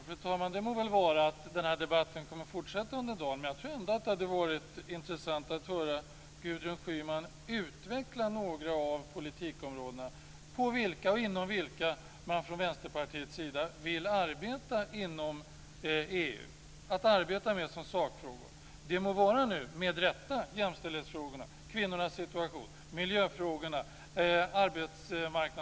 Fru talman! Det må vara att den här debatten kommer att fortsätta under dagen. Men jag tror ändå att det hade varit intressant att höra Gudrun Schyman utveckla några av de politikområden inom vilka man från Vänsterpartiets sida vill arbeta med sakfrågor inom EU. Det må med rätta vara jämställdhetsfrågorna, kvinnornas situation, miljöfrågorna eller arbetsmarknadsfrågorna.